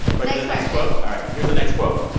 but next next quote? all right. here's the next quote.